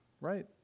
right